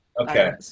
Okay